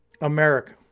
America